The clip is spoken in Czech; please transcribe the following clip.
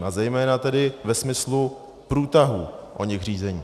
A zejména tedy ve smyslu průtahů oněch řízení.